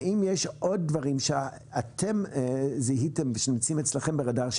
האם יש עוד דברים שאתם זיהיתם ושנמצאים אצלכם ברדאר,